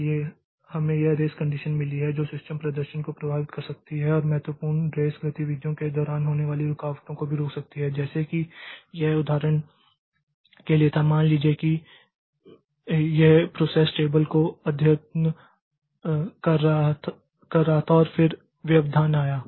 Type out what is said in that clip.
इसलिए हमें यह रेस कंडीशन मिली है जो सिस्टम प्रदर्शन को प्रभावित कर सकती है और महत्वपूर्ण रेस गतिविधियों के दौरान होने वाली रुकावटों को भी रोक सकती है जैसे कि यह उदाहरण के लिए था मान लीजिए कि यह प्रोसेस टेबल को अद्यतन कर रहा था और फिर एक व्यवधान आया